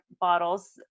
bottles